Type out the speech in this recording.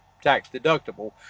tax-deductible